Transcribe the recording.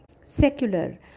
Secular